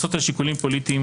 מבוססות על שיקולים פוליטיים,